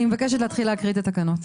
אני מבקשת להתחיל להקריא את התקנות.